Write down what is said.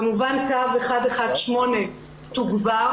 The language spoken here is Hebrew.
קו 118 תוגבר